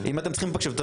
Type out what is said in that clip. אם אתם צריכים תקציב,